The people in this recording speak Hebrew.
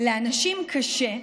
לאנשים קשה,